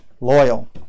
loyal